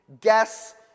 Guess